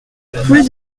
rue